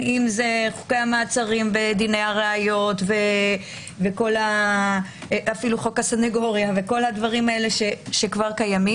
אם זה חוקי המעצרים ודיני המעצרים ואף חוק הסנגוריה והדברים שקיימים,